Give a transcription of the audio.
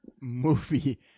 movie